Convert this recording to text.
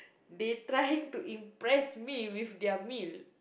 they trying to impress me with their meal